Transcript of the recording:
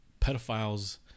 pedophiles